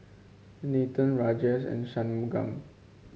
Nathan Rajesh and Shunmugam